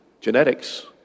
genetics